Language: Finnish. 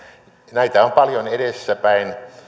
näitä on paljon edessäpäin